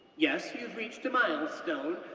yes, you've reached a milestone,